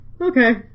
Okay